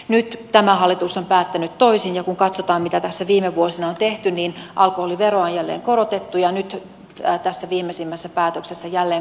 nyt tämä hallitus on päättänyt toisin ja kun katsotaan mitä tässä viime vuosina on tehty niin alkoholiveroa on jälleen korotettu ja nyt tässä viimeisimmässä päätöksessä jälleen korotetaan